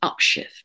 upshift